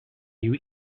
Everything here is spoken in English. you